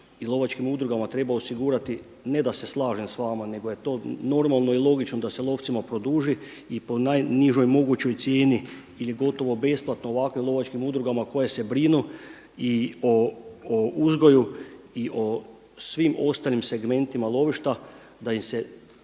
lovačkim udrugama treba osigurati, ne da se slažem s vama nego je to normalno i logično da se lovcima produži i po najnižoj mogućoj cijeni ili gotovo besplatno ovakvim lovačkim udrugama koje se brinu i o uzgoju i o svim ostalim segmentima lovišta da im se